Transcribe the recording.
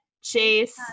chase